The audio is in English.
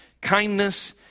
kindness